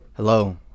hello